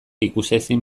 ikusezin